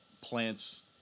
plants